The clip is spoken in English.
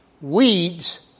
weeds